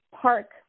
park